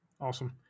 Awesome